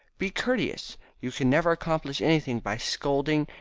be courteous, you can never accomplish anything by scolding,